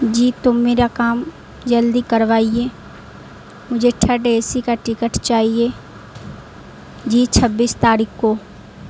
جی تو میرا کام جلدی کروائیے مجھے تھرڈ اے سی کا ٹکٹ چاہیے جی چھبیس تاریخ کو